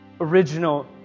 original